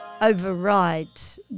overrides